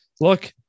look